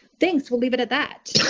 thanks. we'll leave it at that.